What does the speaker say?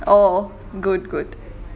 oh good good